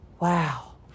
Wow